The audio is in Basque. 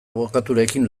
abokaturekin